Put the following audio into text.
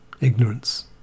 ignorance